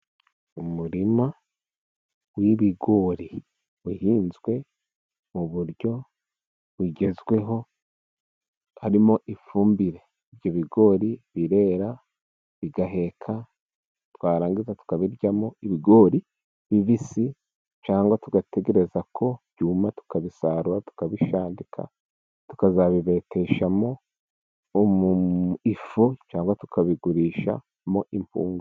Umurima w'ibigori uhinzwe mu buryo bugezweho, harimo ifumbire . Ibigori birera bigaheka, twarangiza tukabiryamo ibigori bibisi cyangwa tugategereza ko byuma tukabisarura tukabishandika, tukazabibeteshamo ifu cyangwa tukabigurishamo impungure.